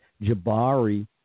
Jabari